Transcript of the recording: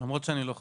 למרות שאני לא חבר.